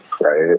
right